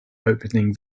opening